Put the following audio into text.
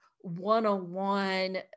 one-on-one